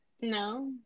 No